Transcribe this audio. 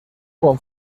con